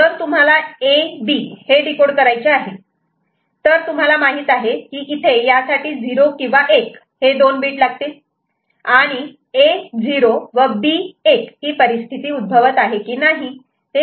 जर तुम्हाला A B हे डीकोड करायचे आहे तर तुम्हाला माहित आहे की इथे यासाठी 0 किंवा 1 हे दोन बीट लागतील आणि A0 व B1 ही परिस्थिती उद्भवत आहे की नाही